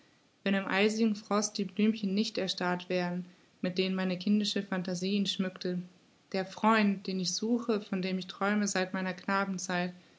wenn im eisigen frost die blümchen nicht erstarrt wären mit denen meine kindische phantasie ihn schmückte der freund den ich suche von dem ich träume seit meiner knabenzeit